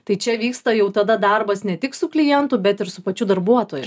tai čia vyksta jau tada darbas ne tik su klientu bet ir su pačiu darbuotoju